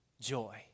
joy